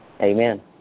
Amen